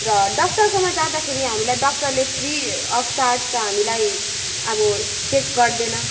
र डाक्टरकोमा जाँदाखेरि हामीलाई डक्टरले फ्री अफ चार्ज त हामीलाई अब चेक गर्दैन